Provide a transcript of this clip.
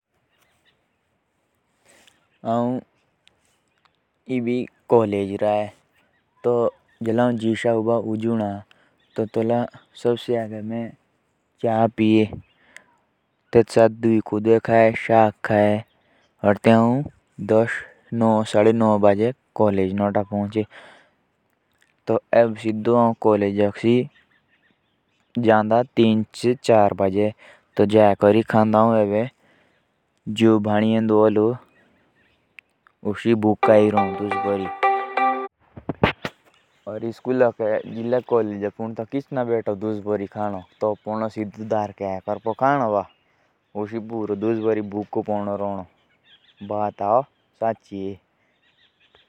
सबसे पहिले तो सुभा चाय और रोटी और फिर उसके बाद कॉलेज गया। फिर सीधा शाम को आऊंगा घर उसके बाद खाऊंगा खाना।